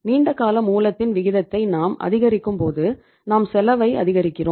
நீண்டகால மூலத்தின் விகிதத்தை நாம் அதிகரிக்கும் போது நாம் செலவை அதிகரிக்கிறோம்